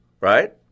Right